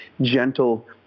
gentle